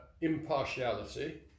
impartiality